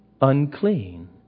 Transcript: unclean